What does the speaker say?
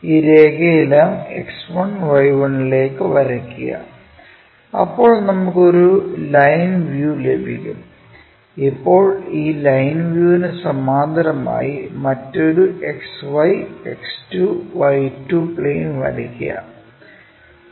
ഈ രേഖയെല്ലാം X1Y1 ലേക്ക് വരയ്ക്കുക അപ്പോൾ നമുക്ക് ഒരു ലൈൻ വ്യൂ ലഭിക്കും ഇപ്പോൾ ഈ ലൈൻ വ്യൂവിന് സമാന്തരമായി മറ്റൊരു XY X2 Y2 പ്ലെയിൻ വരയ്ക്കുക